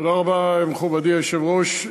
תודה רבה, מכובדי היושב-ראש,